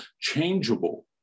changeable